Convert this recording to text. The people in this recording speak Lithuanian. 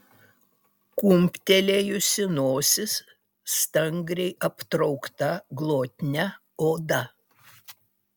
kumptelėjusi nosis stangriai aptraukta glotnia oda